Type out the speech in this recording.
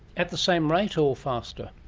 at the same rate or faster?